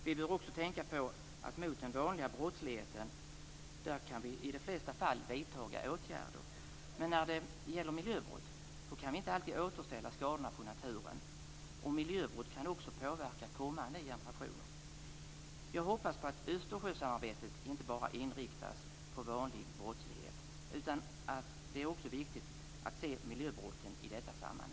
Vi bör också tänka på att mot den vanliga brottsligheten kan vi i de flesta fall vidta åtgärder. Men när det gäller miljöbrott kan vi inte alltid återställa skadorna på naturen, och miljöbrott kan också påverka kommande generationer. Jag hoppas att Östersjösamarbetet inte bara inriktas på vanlig brottslighet, utan det är också viktigt att se miljöbrotten i detta sammanhang.